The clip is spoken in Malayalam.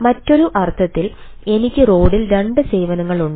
മറ്റൊരു അർത്ഥത്തിൽ എനിക്ക് റോഡിൽ 2 സേവനങ്ങൾ ഉണ്ട്